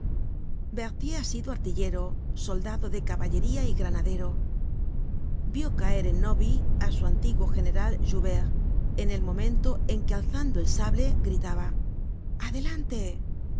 berthier ha sido artillero soldado de caballería y granadero vió caer en novi á su antiguo general joubert en el momento en que alzando el sable gritaba adelante